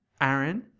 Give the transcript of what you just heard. Aaron